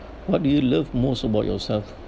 what do you love most about yourself